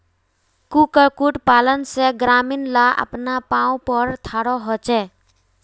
कुक्कुट पालन से ग्रामीण ला अपना पावँ पोर थारो होचे